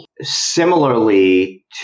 similarly